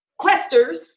questers